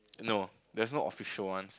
no there's no official ones